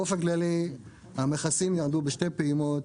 באופן כללי המכסים ירדו בשתי פעימות